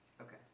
Okay